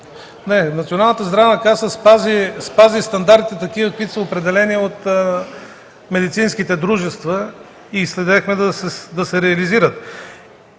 Националната здравна каса спази стандартите, каквито са определени от медицинските дружества и следяхме да се реализират.